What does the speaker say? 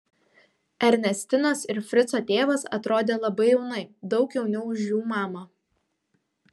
ernestinos ir frico tėvas atrodė labai jaunai daug jauniau už jų mamą